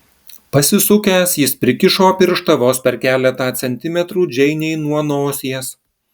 pasisukęs jis prikišo pirštą vos per keletą centimetrų džeinei nuo nosies